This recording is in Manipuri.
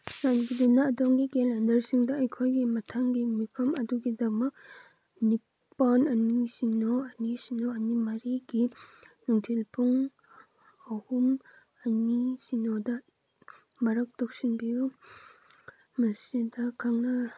ꯆꯥꯟꯕꯤꯗꯨꯅ ꯑꯗꯣꯝꯒꯤ ꯀꯦꯂꯦꯟꯗꯔꯁꯤꯡꯗ ꯑꯩꯈꯣꯏꯒꯤ ꯃꯊꯪꯒꯤ ꯃꯤꯐꯝ ꯑꯗꯨꯒꯤꯗꯃꯛ ꯅꯤꯄꯥꯜ ꯑꯅꯤ ꯁꯤꯅꯣ ꯑꯅꯤ ꯁꯤꯅꯣ ꯑꯅꯤ ꯃꯔꯤꯒꯤ ꯅꯨꯡꯊꯤꯜ ꯄꯨꯡ ꯑꯍꯨꯝ ꯑꯅꯤ ꯁꯤꯅꯣꯗ ꯃꯔꯛ ꯇꯧꯁꯤꯟꯕꯤꯌꯨ ꯃꯁꯤꯗ